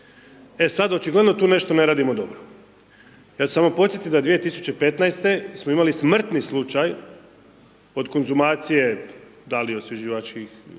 E sad očigledno tu nešto ne radimo dobro. ja ću samo podsjetiti da 2015. smo imali smrtni slučaj od konzumacije da li osvježivača